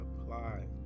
apply